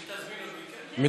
אם תזמין אותי, כן.